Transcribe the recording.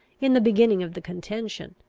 in the beginning of the contention,